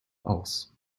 aus